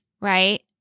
right